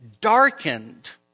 darkened